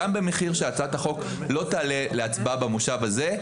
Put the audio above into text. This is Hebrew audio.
גם במחיר שהצעת החוק לא תעלה להצבעה במושב הזה,